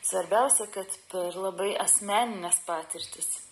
svarbiausia kad labai asmenines patirtis